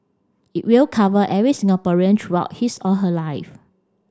it will cover every Singaporean throughout his or her life